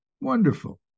wonderful